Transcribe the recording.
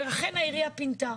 ואכן העירייה פינתה.